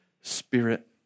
spirit